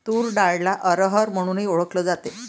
तूर डाळला अरहर म्हणूनही ओळखल जाते